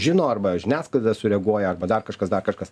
žino arba žiniasklaida sureaguoja arba dar kažkas dar kažkas